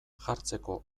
jartzeko